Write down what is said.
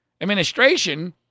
Administration